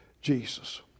Jesus